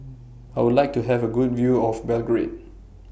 I Would like to Have A Good View of Belgrade